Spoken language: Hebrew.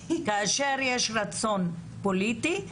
כאשר יש רצון פוליטי,